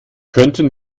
könnten